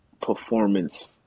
performance